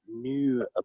new